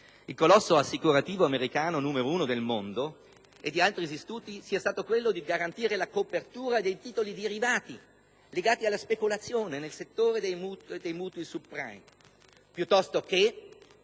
il colosso assicurativo americano numero uno nel mondo, e di altri istituti è stato quello di garantire la copertura dei titoli derivati legati alla speculazione nel settore dei mutui *subprime*, piuttosto che